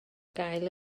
gael